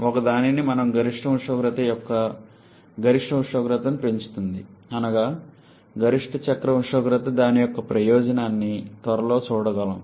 ఒకదానిని మనం గరిష్ట ఉష్ణోగ్రత యొక్క గరిష్ట ఉష్ణోగ్రతను పెంచగలుగుతాము అనగా గరిష్ట చక్ర ఉష్ణోగ్రత దాని యొక్క ప్రయోజనాన్ని త్వరలో చూడగలము